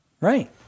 Right